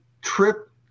trip